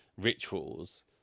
rituals